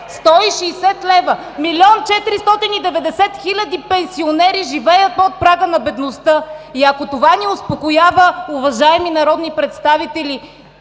милион и 490 хиляди пенсионери живеят под прага на бедността! И ако това ни успокоява, уважаеми народни представители,